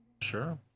Sure